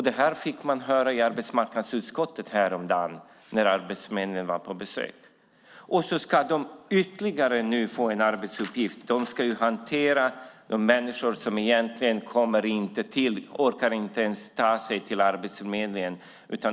Detta fick man höra i arbetsmarknadsutskottet när Arbetsförmedlingen var på besök. Och nu ska de få ytterligare en arbetsuppgift, nämligen att hantera människor som inte ens orkar ta sig dit.